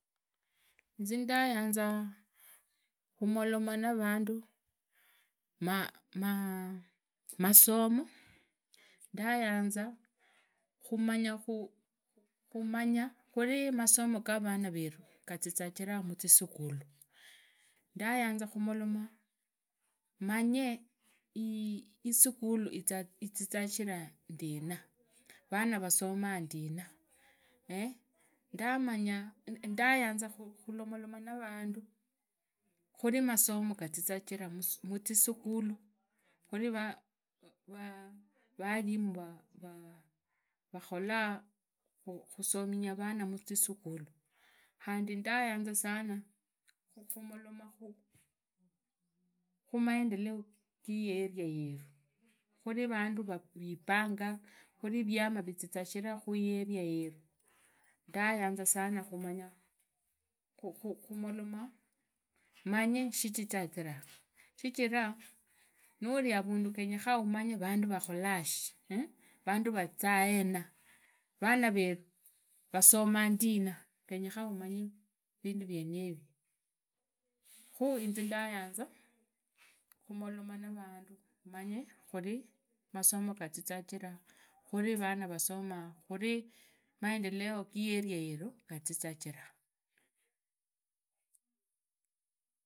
Inze ndayanza khumoloma navandu masomo ndayanza khumunya khuri masomo ga vana reru gazizagira musukhulu ndayanza khumoloma manye isukhulu izizanjira shina vana vasoma ndina ndayanza khumoloma na vandu khuri masomo gazizajira musukhulu khuri valimu vakholaa khusaminya vana musisukhulu khundi ndayanza sana khumoromera khumaendeleo qihieria yenu khuri vandu vibanga khuni vyama vizizashira khuieria yeru, ndayanza khumanya khumoloma manye shijijaziranga, shijira nuri avundu umunye vandu vakhola shi, vandu vazaa hena vana veru vasoma ndina qenyekha umunye vindu vieniri khu inze ndyanza khumoloma na vandu manye khuni masomo qazizajiraa khuri vana vasomaa khuri maendeleo qihienia yenu qazizajira.